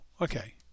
okay